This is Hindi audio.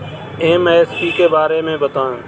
एम.एस.पी के बारे में बतायें?